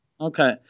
Okay